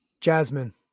Jasmine